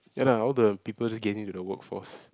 ya lah all the people's getting into the workforce